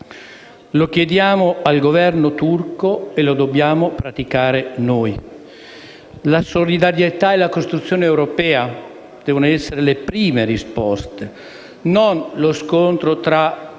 lo chiediamo al Governo turco e lo dobbiamo praticare noi. La solidarietà e la costruzione europea devono essere le prime risposte; non lo scontro tra